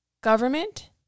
government